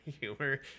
humor